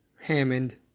Hammond